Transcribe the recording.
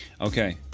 Okay